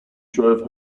drove